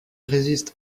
résiste